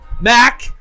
mac